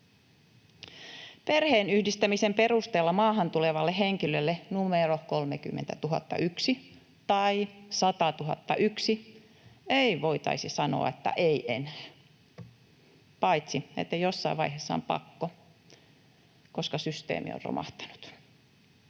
Perheenyhdistämisen perusteella maahan tulevalle henkilölle numero 30 001 tai 100 001 ei voitaisi sanoa, että ei enää. Paitsi että jossain vaiheessa on pakko, koska systeemi on romahtanut.